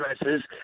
addresses